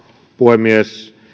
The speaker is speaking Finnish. puhemies